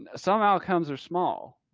and some outcomes are small,